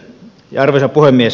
arvoisa puhemies